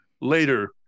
later